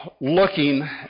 looking